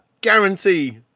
guarantee